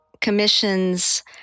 commissions